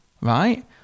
right